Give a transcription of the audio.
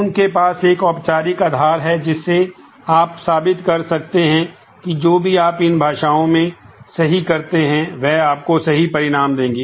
उनके पास एक औपचारिक आधार है जिससे आप साबित कर सकते हैं कि जो भी आप इन भाषाओं में सही करते हैं वह आपको सही परिणाम देंगे